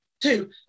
two